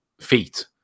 feet